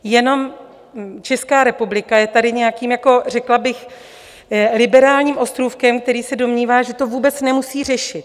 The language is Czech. Jenom Česká republika je tady nějakým řekla bych liberálním ostrůvkem, který se domnívá, že to vůbec nemusí řešit.